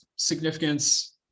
significance